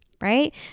right